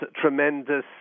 tremendous